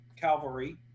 Calvary